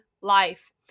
life